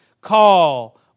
call